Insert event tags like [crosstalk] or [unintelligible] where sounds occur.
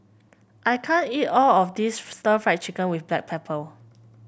I can't eat all of this [unintelligible] stir Fry Chicken with Black Pepper